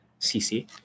CC